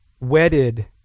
wedded